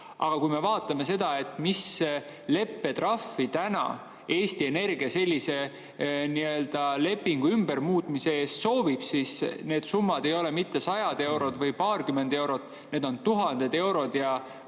Aga kui me vaatame seda, mis leppetrahvi täna Eesti Energia sellise lepingu muutmise eest soovib, siis need summad ei ole mitte sajad eurod või paarkümmend eurot, need on tuhanded eurod. Ja